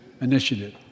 initiative